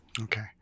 Okay